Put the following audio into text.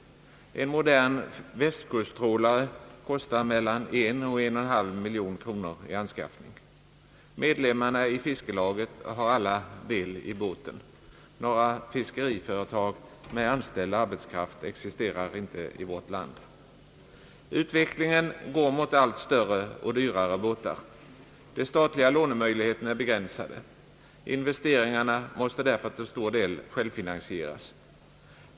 En modern västkusttrålare kostar mellan 1 och 1,5 miljon kronor i anskaffning. Medlemmarna i fiskelaget har alla del i båten. Några fiskeriföretag med anställd arbetskraft existerar inte i vårt land. Utvecklingen går mot allt större och dyrare båtar. De statliga lånemöjligheterna är begränsade. Investeringarna måste därför till stor del självfinansieras.